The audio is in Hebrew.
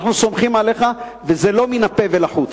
אנחנו סומכים עליך, וזה לא מן הפה ולחוץ.